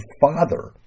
father